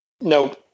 No